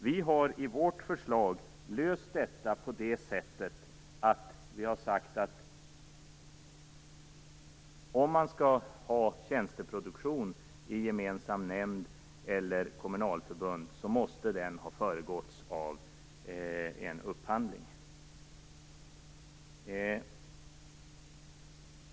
Vi har i vårt förslag sagt att om man skall ha tjänsteproduktion i gemensam nämnd eller kommunalförbund, så måste den ha föregåtts av en upphandling.